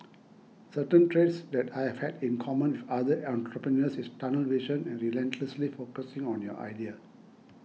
certain traits that I have had in common with other entrepreneurs is tunnel vision and relentlessly focusing on your idea